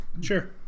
Sure